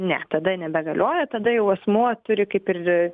ne tada nebegalioja tada jau asmuo turi kaip ir